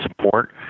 support